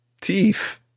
teeth